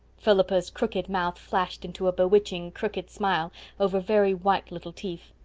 philippa's crooked mouth flashed into a bewitching, crooked smile over very white little teeth.